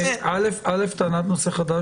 א' טענת נושא חדש,